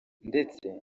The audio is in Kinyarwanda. ndetse